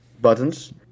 buttons